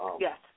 Yes